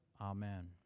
Amen